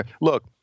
Look